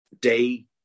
day